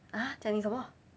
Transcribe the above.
!huh! 讲什么